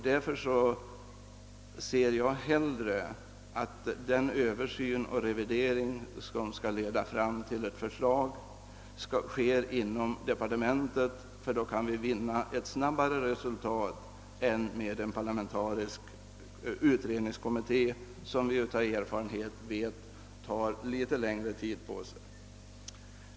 Därför ser jag hellre att den översyn och den revidering, som avses skola leda fram till ett förslag, genomföres inom departementet. På denna väg kan man snabbare nå fram till ett resultat än genom en parlamentarisk utredningskommitté, som erfarenhetsmässigt tar något längre tid på sig.